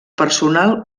personal